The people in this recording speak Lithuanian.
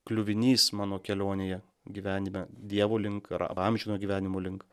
kliuvinys mano kelionėje gyvenime dievo link ar amžino gyvenimo link